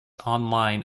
online